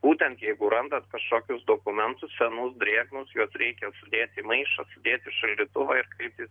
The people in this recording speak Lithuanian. būtent jeigu randat kažkokius dokumentus senus drėgnus juos reikia sudėt į maišą sudėt į šaldytuvą ir kreiptis